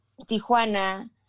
Tijuana